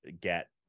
get